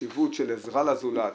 בחשיבות של עזרה לזולת,